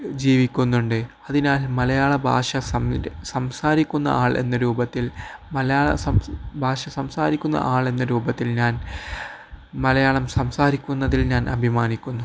ജീവിക്കുന്നുണ്ട് അതിനാൽ മലയാളഭാഷ സംസാരിക്കുന്നയാളെന്ന രൂപത്തിൽ മലയാള ഭാഷ സംസാരിക്കുന്നയാളെന്ന രൂപത്തിൽ ഞാൻ മലയാളം സംസാരിക്കുന്നതിൽ ഞാൻ അഭിമാനിക്കുന്നു